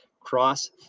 Cross